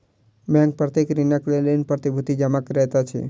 bank प्रत्येक ऋणक लेल ऋण प्रतिभूति जमा करैत अछि